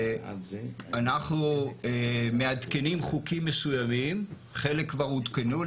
אנחנו מעדכנים חוקים מסוימים, חלק כבר עודכנו.